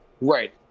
Right